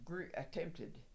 attempted